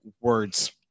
words